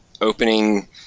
opening